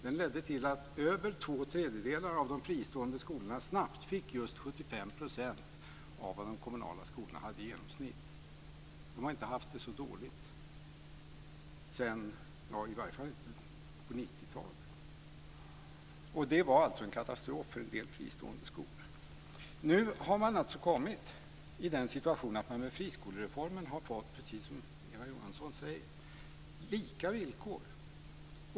Den ledde alltså till att över två tredjedelar av de fristående skolorna snabbt fick just 75 % av vad de kommunala skolorna i genomsnitt hade. De har inte haft det så dåligt, i varje fall inte på 90-talet. Och detta var alltså en katastrof för en del fristående skolor. Nu har man kommit till den situationen att man med friskolereformen, precis som Eva Johansson säger, har fått lika villkor.